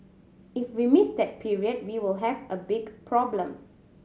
if we miss that period we will have a big problem